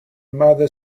mother